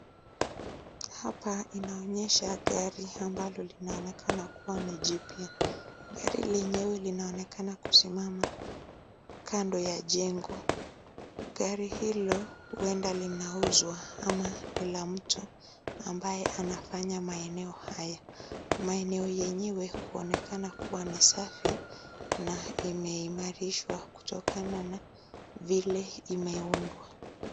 Hapa inaonesha Gari ambalo linaonekana kua ni jipya, Gari lenyewe linaonekana kusimama kando ya jengo, Gari Hilo huenda linauzwa ama Nila mtu anayefanya maeneo Haya, maeneo yenyewe yanaonekana kuwa ni safi na yameimarishwa kutokana na vile yameundwa.